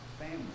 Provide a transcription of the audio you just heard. family